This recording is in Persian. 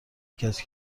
کسی